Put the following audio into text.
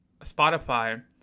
Spotify